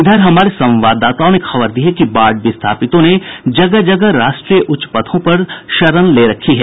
इधर हमारे संवाददाताओं ने खबर दी है कि बाढ़ विस्थापितों ने जगह जगह राष्ट्रीय उच्च पथों पर शरण ले रखी है